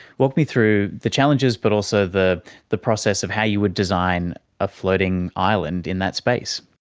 walk me through the challenges but also the the process of how you would design a floating island in that space.